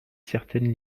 certaines